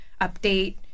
update